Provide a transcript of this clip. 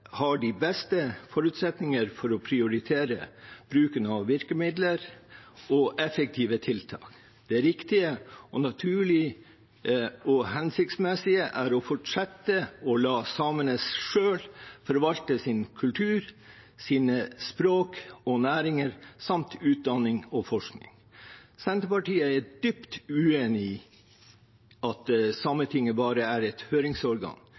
har de beste forutsetninger for å prioritere bruken av virkemidler og effektive tiltak. Det riktige, naturlige og hensiktsmessige er å fortsette med å la samene selv forvalte sin kultur, sine språk og næringer samt utdanning og forskning. Senterpartiet er dypt uenig i at Sametinget bare er et høringsorgan.